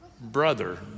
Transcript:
brother